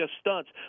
stunts